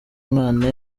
umwana